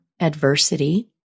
Adversity